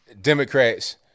Democrats